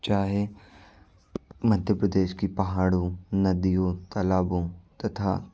चाहे मध्य प्रदेश के पहाड़ हों नदी हो तलाब हों तथा